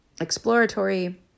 exploratory